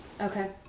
Okay